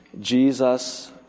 Jesus